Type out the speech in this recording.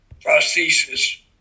prosthesis